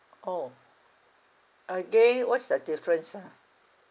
orh again what's the difference ah